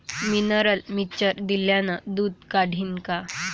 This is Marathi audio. मिनरल मिक्चर दिल्यानं दूध वाढीनं का?